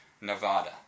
Nevada